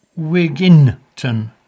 Wiginton